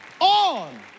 on